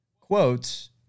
quotes